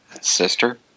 Sister